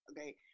Okay